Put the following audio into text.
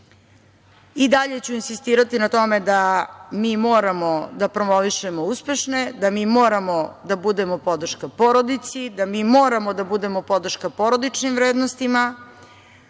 I dalje ću insistirati na tome da mi moramo da promovišemo uspešne, da mi moramo da budemo podrška porodici, da mi moramo da budemo podrška porodičnim vrednostima,